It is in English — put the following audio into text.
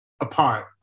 apart